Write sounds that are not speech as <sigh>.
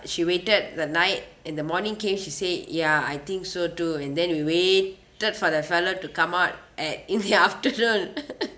she waited the night in the morning came she said ya I think so too and then we waited for that fellow to come out at in the afternoon <laughs>